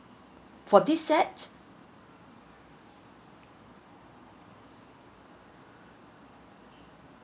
for this set